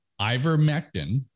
ivermectin